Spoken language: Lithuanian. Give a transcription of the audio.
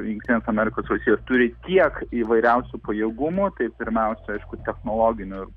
jungtinės amerikos valstijos turi tiek įvairiausių pajėgumų tai pirmiausia aišku technologinių